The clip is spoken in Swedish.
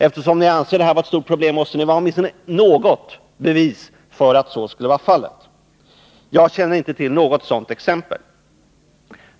Eftersom ni anser att detta är ett stort problem, måste det finnas åtminstone något bevis för att så skulle vara fallet — men jag känner inte till något sådant exempel.